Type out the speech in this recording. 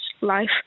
life